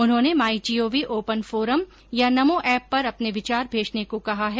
उन्होंने my G O V open forum या Namo app पर अपने विचार भेजने को कहा है